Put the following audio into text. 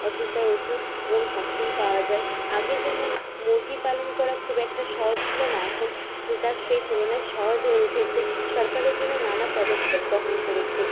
অসুস্থতায় ওষুধ এবং ভ্যাকসিন পাওয়া যায় আগে যেমন মুরগি পালন করা খুব একটা সহজ ছিল না এখন সেটা সেই তুলনায় সহজ হয়ে উঠেছে সরকার এর জন্য নানা পদক্ষেপ গ্রহণ করেছে